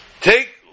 Take